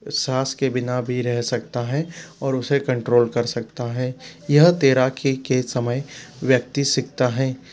साँस के बिना भी रह सकता है और उसे कंट्रोल कर सकता है यह तैराकी के समय व्यक्ति सीखता है